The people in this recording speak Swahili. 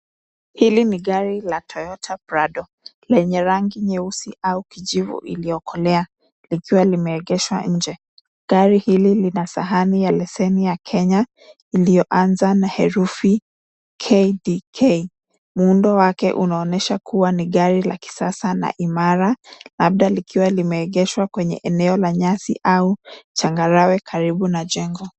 Hili ni gari la Toyota Prado lenye rangi nyeusi au kijivu iliyokolea likiwa limeegeshwa nje, gari hili lina sahani ya leseni ya Kenya iliyoanza na herufi KDK muundo wake unaonyesha kuwa ni gari la kisasa na imara labda likiwa limeegeshwa kenywe eneo la nyasi au changarawe karibu na jengo.